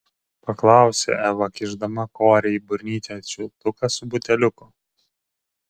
paklausė eva kišdama korei į burnytę čiulptuką su buteliuku